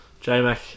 J-Mac